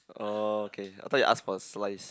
oh okay I thought you ask for a slice